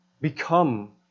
become